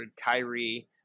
Kyrie